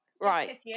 Right